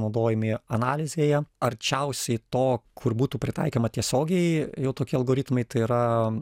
naudojami analizėje arčiausiai to kur būtų pritaikoma tiesiogiai jau tokie algoritmai tai yra